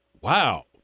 wow